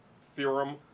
Theorem